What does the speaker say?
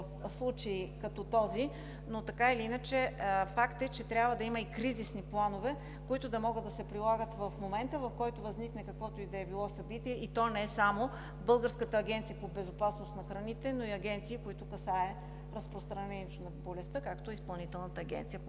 в случаи като този, но така или иначе факт е, че трябва да има и кризисни планове, които да могат да се прилагат в момента, в който възникне каквото и да било събитие, и то не само в Българската агенция по безопасност на храните, но и в агенции, които касае разпространението на болестта, каквато е Изпълнителната агенция по